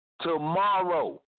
Tomorrow